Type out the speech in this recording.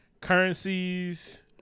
Currencies